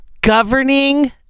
governing